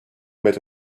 made